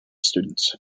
students